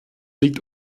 liegt